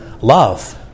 love